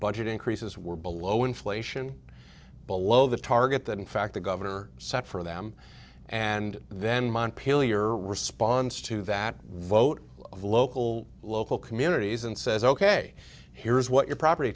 budget increases were below inflation below the target that in fact the governor sat for them and then montpelier response to that vote of local local communities and says ok here's what your property